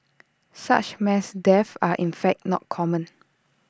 such mass deaths are in fact not common